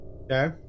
Okay